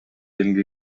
эмгеги